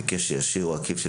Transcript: בקשר ישיר או עקיף,